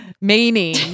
Meaning